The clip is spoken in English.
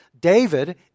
David